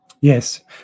Yes